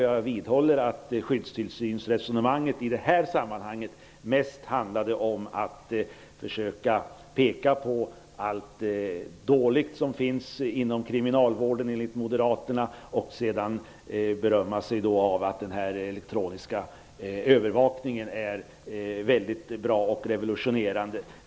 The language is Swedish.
Jag vidhåller att skyddstillsynsresonemanget i det här sammanhanget mest handlade om att försöka peka på allt dåligt som finns inom kriminalvården enligt Moderaterna och sedan berömma sig av att den elektroniska övervakningen är mycket bra och revolutionerande.